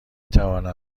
توانم